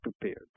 prepared